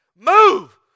Move